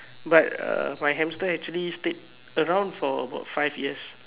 but uh my hamster actually stayed around for about five years